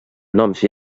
noms